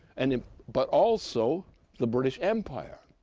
and um but also the british empire.